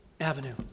avenue